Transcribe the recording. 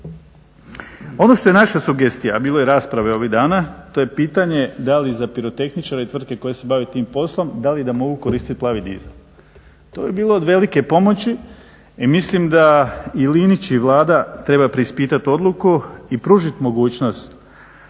Ono što je naša sugestija a bilo je rasprave ovih dana to je pitanje da li za pirotehničare i tvrtke koje se bave tim poslom da li mogu koristiti plavi dizel? To bi bilo od velike pomoći i mislim da i Linić i Vlada treba preispitati odluku i pružiti mogućost,